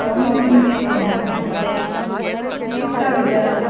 tonic बीन किदें खा मगो तूं चिंत्ता किद्या